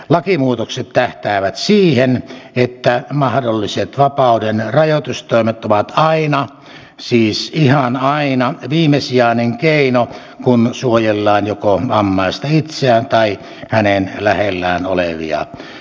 lakimuutokset tähtäävät siihen että mahdolliset vapaudenrajoitustoimet ovat aina siis ihan aina viimesijainen keino kun suojellaan joko vammaista itseään tai hänen lähellään olevia